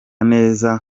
neza